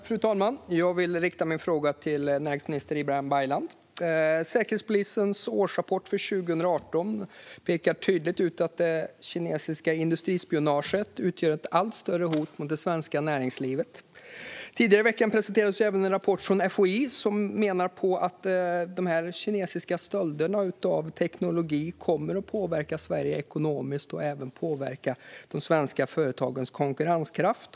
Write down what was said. Fru talman! Jag vill rikta min fråga till näringsminister Ibrahim Baylan. Säkerhetspolisens årsrapport för 2018 pekar tydligt ut att det kinesiska industrispionaget utgör ett allt större hot mot det svenska näringslivet. Tidigare i veckan presenterades även en rapport från FOI, där man menar att dessa kinesiska stölder av teknologi kommer att påverka Sverige ekonomiskt och även kommer att påverka de svenska företagens konkurrenskraft.